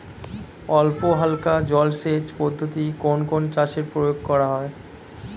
অল্পহালকা জলসেচ পদ্ধতি কোন কোন চাষে প্রয়োগ করা হয়?